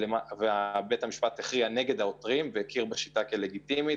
בית המשפט הכריע נגד העותרים והכיר בשיטה כלגיטימית.